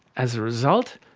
as a result,